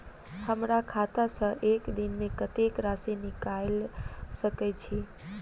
हमरा खाता सऽ एक दिन मे कतेक राशि निकाइल सकै छी